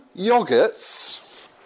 yogurts